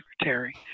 secretary